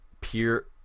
pure